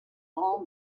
all